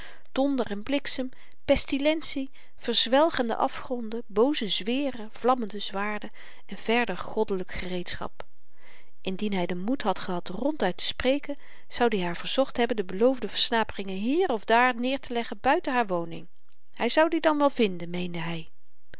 donder en bliksem pestilentie verzwelgende afgronden booze zweeren vlammende zwaarden en verder goddelyk gereedschap indien hy den moed had gehad rond uit te spreken zoud i haar verzocht hebben de beloofde versnaperingen hier of daar neerteleggen buiten haar woning hy zou die dan wel vinden meende hy